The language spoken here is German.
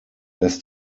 das